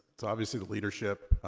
it's obviously the leadership,